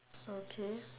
okay